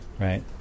Right